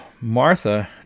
Martha